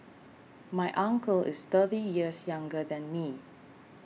my uncle is thirty years younger than me